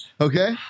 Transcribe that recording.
Okay